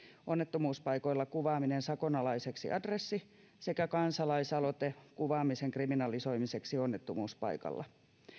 onnettomuuspaikoilla kuvaaminen sakonalaiseksi adressi sekä kansalaisaloite kuvaamisen kriminalisoimiseksi onnettomuuspaikalla